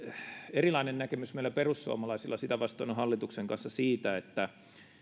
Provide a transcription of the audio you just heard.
erilainen näkemys meillä perussuomalaisilla sitä vastoin on hallituksen kanssa siitä